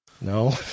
No